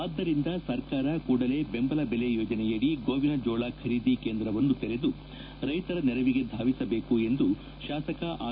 ಆದ್ದರಿಂದ ಸರ್ಕಾರ ಕೂಡಲೇ ಬೆಂಬಲ ಬೆಲೆ ಯೋಜನೆಯಡಿ ಗೋವಿನ ಜೋಳ ಖರೀದಿ ಕೇಂದ್ರವನ್ನು ತೆರೆದು ರೈತರ ನೆರವಿಗೆ ಧಾವಿಸಬೇಕು ಎಂದು ಶಾಸಕ ಆರ್